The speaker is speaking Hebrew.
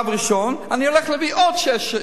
ועכשיו אני הולך להביא עוד שישה,